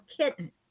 kitten